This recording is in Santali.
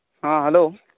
ᱦᱚᱸ ᱦᱮᱞᱳ